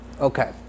Okay